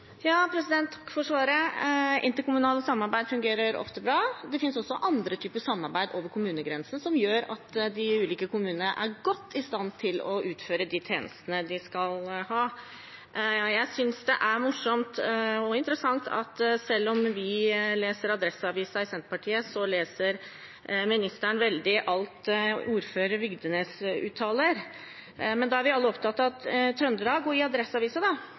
Takk for svaret. Interkommunale samarbeid fungerer ofte bra. Det finnes også andre typer samarbeid over kommunegrensene som gjør at de ulike kommunene er i god stand til å utføre de tjenestene de skal ha. Jeg synes det er morsomt og interessant – selv om vi i Senterpartiet leser Adresseavisen – at ministeren leser alt ordfører Vigdenes uttaler. Da er vi alle opptatt av Trøndelag, og i Adresseavisen skrev altså statsråden dette om at